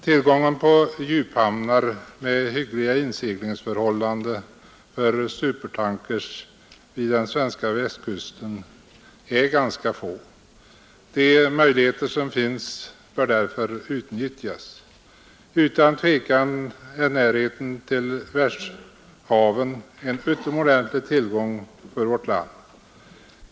Tillgången på djuphamnar med hyggliga inseglingsförhållanden för 47 supertankers vid den svenska Västkusten är ganska liten. De möjligheter som finns bör därför utnyttjas. Utan tvivel är närheten till världshaven en utomordentlig tillgång för vårt land.